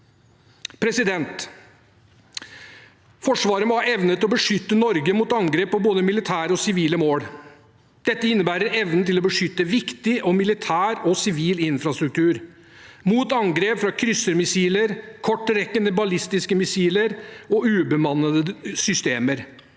og anlegg. Forsvaret må ha evne til å beskytte Norge mot angrep på både militære og sivile mål. Dette innebærer evnen til å beskytte viktig militær og sivil infrastruktur mot angrep fra kryssermissiler, kortrekkende ballistiske missiler og ubemannede systemer.